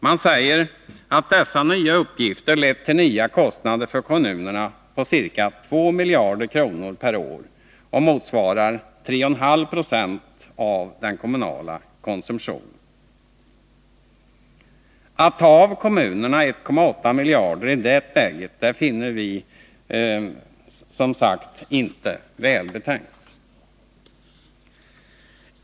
Man säger att dessa nya uppgifter lett till nya kostnader för kommunerna på ca 2 miljarder kronor per år och att det motsvarar 3,5 26 av den kommunala konsumtionen. Vi finner det som sagt inte välbetänkt att man i det läget tar 1,8 miljarder av kommunerna.